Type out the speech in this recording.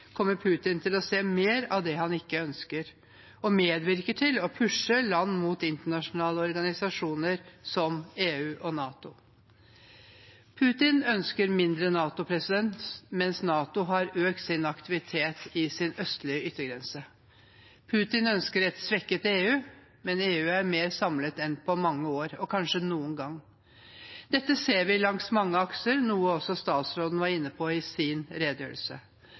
kommer Putin til å se mer av det han ikke ønsker, og medvirke til å pushe land mot internasjonale organisasjoner som EU og NATO. Putin ønsker mindre NATO, men NATO har økt aktiviteten i sin østlige yttergrense. Putin ønsker et svekket EU, men EU er mer samlet enn på mange år, og kanskje noen gang. Dette ser vi langs mange akser, noe også statsråden var inne på i sin redegjørelse.